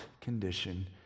condition